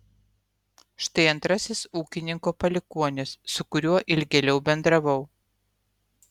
štai antrasis ūkininko palikuonis su kuriuo ilgėliau bendravau